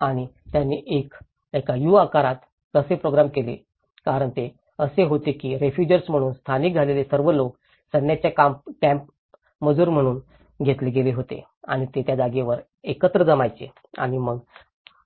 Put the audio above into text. आणि त्यांनी ते एका यू आकारात कसे प्रोग्राम केले कारण ते असे होते की रेफुजिर्स म्हणून स्थायिक झालेले सर्व लोक सैन्याच्या कॅम्पत मजूर म्हणून घेतले गेले होते आणि ते त्या जागेवर एकत्र जमायचे आणि मग